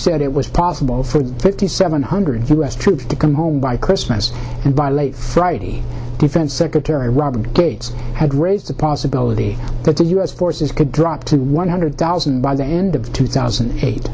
said it was possible for fifty seven hundred u s troops to come home by chris and by late friday defense secretary robert gates had raised the possibility that the u s forces could drop to one hundred thousand by the end of two thousand and eight